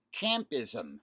campism